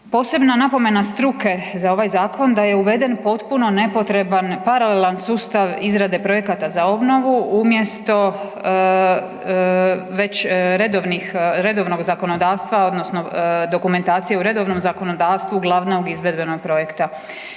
Posebna napomena struke za ovaj Zakon, da je uveden potpuno nepotreban paralelan sustav izrade projekata za obnovu umjesto već redovnih, redovnog zakonodavstva odnosno dokumentacije u redovnom zakonodavstvu glavnog izvedbenog projekta,